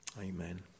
Amen